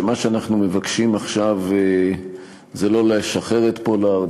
שמה שאנחנו מבקשים עכשיו זה לא לשחרר את פולארד,